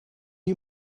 you